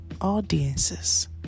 audiences